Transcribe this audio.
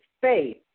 faith